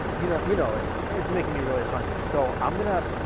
you know you know it's making me really hungry, so i'm gonna